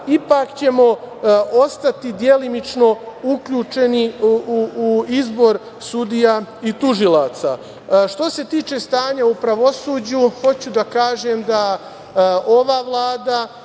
ipak ćemo ostati delimično uključeni u izbor sudija i tužilaca. Što se tiče stanja u pravosuđu, hoću da kažem da ova Vlada